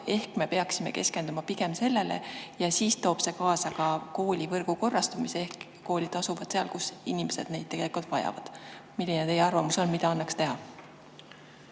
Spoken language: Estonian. Ehk me peaksime keskenduma pigem sellele ja see toob kaasa ka koolivõrgu korrastumise. Koolid asuvad seal, kus inimesed neid tegelikult vajavad. Milline teie arvamus on, mida annaks teha?